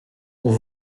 ont